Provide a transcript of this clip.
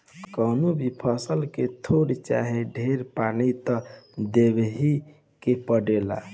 कवनो भी फसल के थोर चाहे ढेर पानी त देबही के पड़ेला